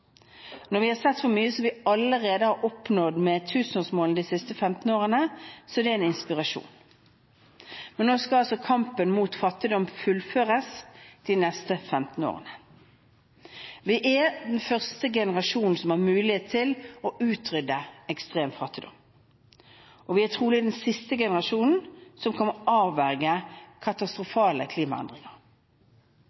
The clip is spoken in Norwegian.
Når vi har sett hvor mye vi allerede har oppnådd med tusenårsmålene de siste 15 årene, er det en inspirasjon, men nå skal altså kampen mot fattigdom fullføres de neste 15 årene. Vi er den første generasjonen som har mulighet til å utrydde ekstrem fattigdom, og vi er trolig den siste generasjonen som kan avverge katastrofale klimaendringer.